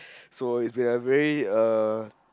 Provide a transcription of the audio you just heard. so it's been a very uh